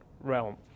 realm